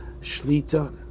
Shlita